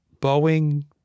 Boeing